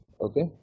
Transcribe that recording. okay